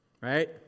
right